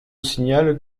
signale